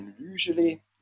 usually